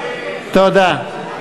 תודה.